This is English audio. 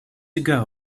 ago